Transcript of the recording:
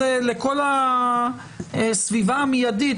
לכל הסביבה המיידית,